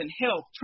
health